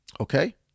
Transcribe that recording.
Okay